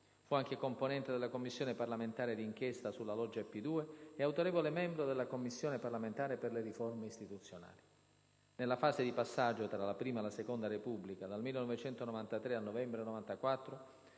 Fu anche componente della Commissione parlamentare d'inchiesta sulla loggia P2 e autorevole membro della Commissione parlamentare per le riforme istituzionali. Nella fase di passaggio tra la prima e la seconda Repubblica, dal 1993 al novembre 1994,